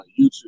YouTube